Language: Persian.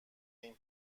این